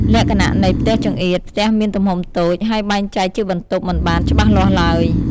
លក្ខណៈនៃ "ផ្ទះចង្អៀត"ផ្ទះមានទំហំតូច ហើយបែងចែកជាបន្ទប់មិនបានច្បាស់លាស់ឡើយ។